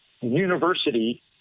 university